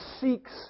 seeks